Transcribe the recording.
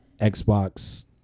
Xbox